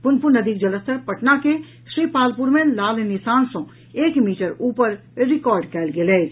पुनपुन नदीक जलस्तर पटना के श्रीपालपुर मे लाल निशान सँ एक मीटर ऊपर रिकॉर्ड कयल गेल अछि